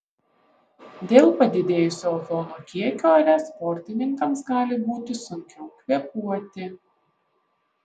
dėl padidėjusio ozono kiekio ore sportininkams gali būti sunkiau kvėpuoti